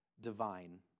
divine